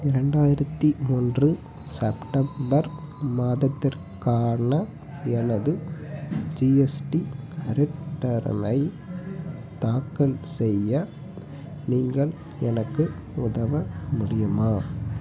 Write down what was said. இரண்டாயிரத்தி ஒன்று செப்டம்பர் மாதத்திற்கான எனது ஜிஎஸ்டி ரிட்டர்னை தாக்கல் செய்ய நீங்கள் எனக்கு உதவ முடியுமா